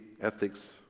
ethics